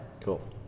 Cool